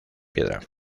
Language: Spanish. piedra